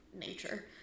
nature